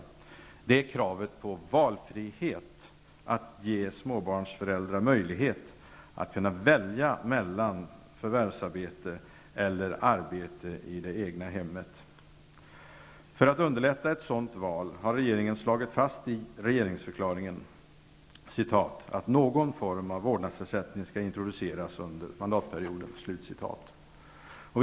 Det avgörande är kravet på valfrihet, att småbarnsföräldrar skall ges möjlighet att välja mellan förvärvsarbete eller arbete i det egna hemmet. För att underlätta ett sådant val har regeringen i regeringsförklaringen slagit fast ''att någon form av vårdnadsersättning skall introduceras under mandatperioden''.